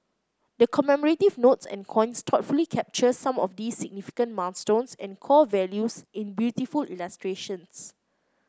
the commemorative notes and coins thoughtfully capture some of these significant milestones and core values in beautiful illustrations